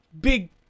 big